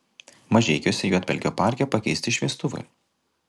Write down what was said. mažeikiuose juodpelkio parke pakeisti šviestuvai